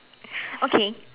okay